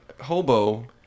hobo